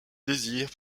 désir